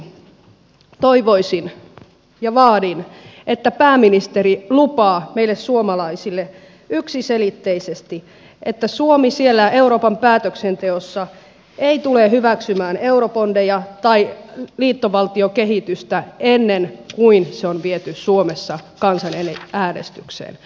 kolmanneksi toivoisin ja vaadin että pääministeri lupaa meille suomalaisille yksiselitteisesti että suomi siellä euroopan päätöksenteossa ei tule hyväksymään eurobondeja tai liittovaltiokehitystä ennen kuin se on viety suomessa kansanäänestykseen